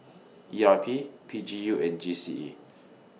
E R P P G U and G C E